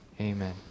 Amen